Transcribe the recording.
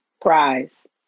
Prize